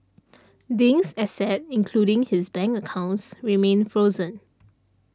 Ding's assets including his bank accounts remain frozen